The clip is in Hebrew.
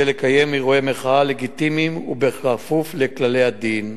לקיים אירועי מחאה לגיטימיים ובכפוף לכללי הדין.